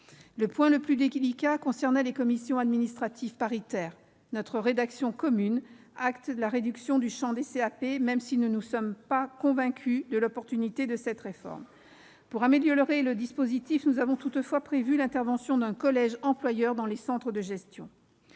Le point le plus délicat concernait les commissions administratives paritaires, les CAP. Notre rédaction commune acte la réduction du champ des CAP, même si nous ne sommes pas convaincus de l'opportunité de cette réforme. Pour améliorer le dispositif, nous avons toutefois prévu l'intervention d'un collège employeur dans les centres de gestion.